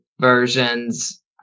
versions